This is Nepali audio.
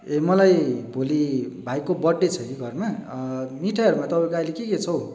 ए मलाई भोलि भाइको बर्थ डे छ कि घरमा मिठाईहरूमा तपाईँको अहिले के के छ